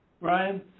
Ryan